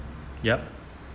yup